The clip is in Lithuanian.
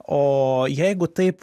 o jeigu taip